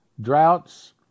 droughts